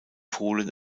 polen